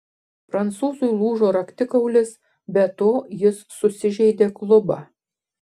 prancūzui lūžo raktikaulis be to jis susižeidė klubą